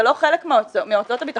זה לא חלק מהוצאות הביטחון השוטפות?